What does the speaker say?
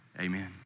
amen